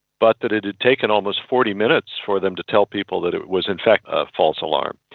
but that it had taken almost forty minutes for them to tell people that it was in fact a false alarm.